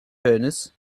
furnace